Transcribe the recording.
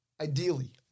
Ideally